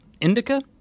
Indica